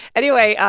anyway,